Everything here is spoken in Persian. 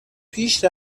پیش